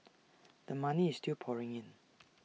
the money is still pouring in